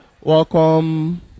Welcome